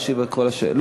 להשיב על כל השאלות.